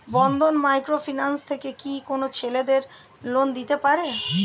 বন্ধন microfinance থেকে কি কোন ছেলেদের লোন দিতে পারে?